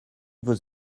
vos